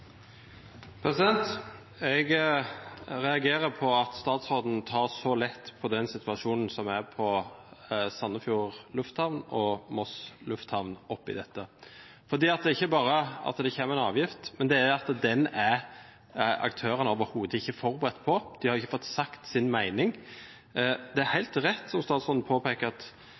Jeg reagerer på at statsråden tar så lett på den situasjonen som er ved Sandefjord lufthavn og Moss lufthavn, for det er ikke bare det at det kommer en avgift, men også at aktørene overhodet ikke er forberedt på den. De har ikke fått sagt sin mening. Det er